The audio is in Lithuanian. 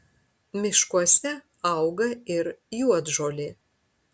miškuose auga ir juodžolė